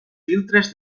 filtres